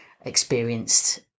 experienced